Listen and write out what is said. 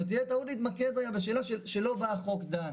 זאת תהיה טעות להתמקד בשאלה שלא בה החוק דן.